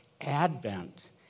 Advent